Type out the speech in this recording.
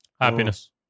Happiness